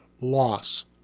Loss